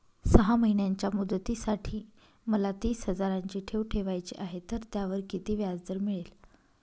सहा महिन्यांच्या मुदतीसाठी मला तीस हजाराची ठेव ठेवायची आहे, तर त्यावर किती व्याजदर मिळेल?